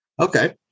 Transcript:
Okay